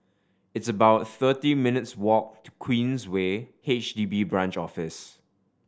it's about thirty minutes' walk to Queensway H D B Branch Office